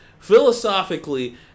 philosophically